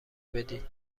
بدید